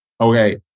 Okay